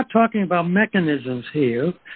we're not talking about mechanisms here